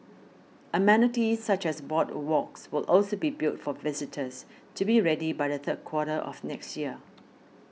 amenities such as boardwalks will also be built for visitors to be ready by the third quarter of next year